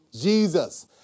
Jesus